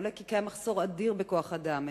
עולה כי קיים מחסור אדיר בכוח-אדם.